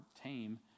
tame